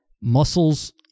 muscles